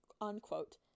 unquote